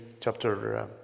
chapter